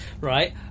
Right